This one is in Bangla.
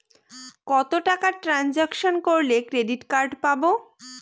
কত টাকা ট্রানজেকশন করলে ক্রেডিট কার্ড পাবো?